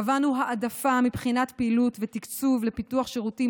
קבענו העדפה מבחינת פעילות ותקצוב לפיתוח שירותים